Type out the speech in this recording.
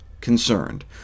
concerned